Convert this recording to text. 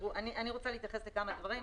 אני רוצה להתייחס לכמה דברים.